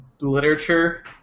literature